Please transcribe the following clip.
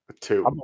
two